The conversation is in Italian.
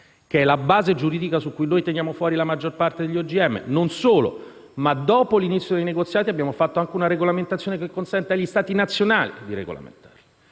che è la base giuridica su cui noi teniamo fuori la maggior parte degli OGM. Non solo: dopo l'inizio dei negoziati abbiamo emanato anche una regolamentazione che consente anche agli Stati nazionali di regolamentare.